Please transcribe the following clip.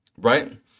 Right